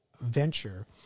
venture